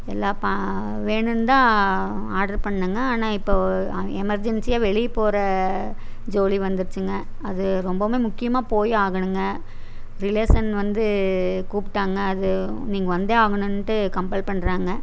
எல்லா வேணும்ன்னு தான் ஆர்ட்ரு பண்ணங்க ஆனால் இப்போ எமர்ஜென்சியாக வெளியே போகற ஜோலி வந்துருச்சுங்க அது ரொம்பவுமே முக்கியமாக போய் ஆகணுங்க ரிலேஷன் வந்து கூப்பிடாங்க அது நீங்கள் வந்தே ஆகணுன்னுட்டு கம்பல் பண்ணுறாங்க